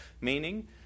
meaning